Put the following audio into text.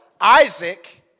Isaac